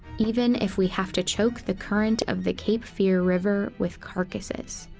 even if we have to choke the current of the cape fear river with carcasses.